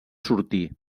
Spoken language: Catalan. sortir